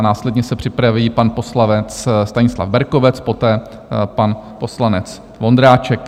Následně se připraví pan poslanec Stanislav Berkovec, poté pan poslanec Vondráček.